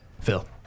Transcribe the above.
Phil